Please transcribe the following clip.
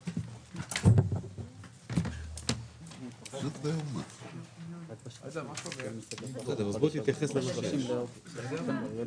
בשעה 14:40.